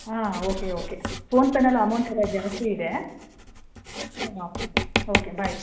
ಆಂ okay okay ಫೋನ್ಪೇಯಲ್ಲೂ ಅಮೌಂಟೆಲ್ಲ ಜಾಸ್ತಿ ಇದೆ ಹಾಂ ಓಕೆ ಬೈ